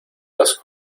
las